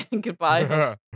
Goodbye